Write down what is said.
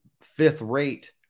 fifth-rate